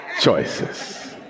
choices